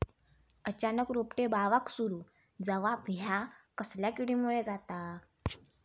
अचानक रोपटे बावाक सुरू जवाप हया कसल्या किडीमुळे जाता?